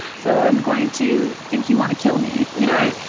so i'm going to think you want to kill me. you know,